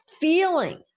feeling